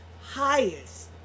highest